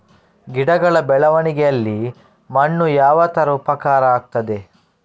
ಗಿಡಗಳ ಬೆಳವಣಿಗೆಯಲ್ಲಿ ಮಣ್ಣು ಯಾವ ತರ ಉಪಕಾರ ಆಗ್ತದೆ?